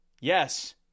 Yes